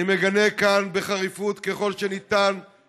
אני מגנה כאן בחריפות רבה ככל האפשר את